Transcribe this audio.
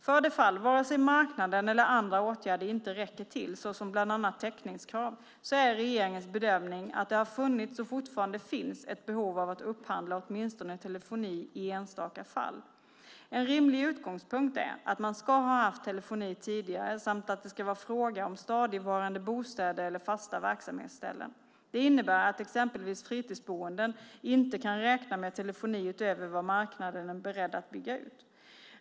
För det fall vare sig marknaden eller andra åtgärder inte räcker till, såsom bland annat täckningskrav, är regeringens bedömning att det har funnits och fortfarande finns ett behov att upphandla åtminstone telefoni i enstaka fall. En rimlig utgångspunkt är att man ska ha haft telefoni tidigare samt att det ska vara fråga om stadigvarande bostäder eller fasta verksamhetsställen. Det innebär att exempelvis fritidsboenden inte kan räkna med telefoni utöver vad marknaden är beredd att bygga ut.